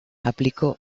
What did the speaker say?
aplicó